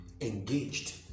engaged